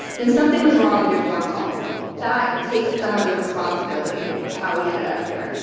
then something was wrong with your foreign policy. that takes some of the responsibility of how we ended up here.